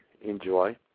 enjoy